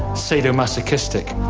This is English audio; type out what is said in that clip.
sadomasochistic,